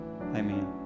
Amen